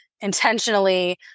intentionally